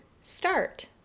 start